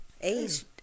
Age